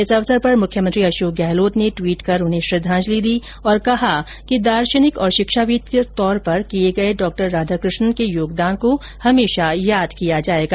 इस अवसर पर मुख्यमंत्री अशोक गहलोत ने टवीट कर उन्हें श्रद्वांजलि दी और कहा कि दार्शनिक और शिक्षाविद के तौर पर किए गए डॉ राधाकृष्णन के योगदान को हमेशा याद किया जाएगा